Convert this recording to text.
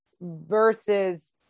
versus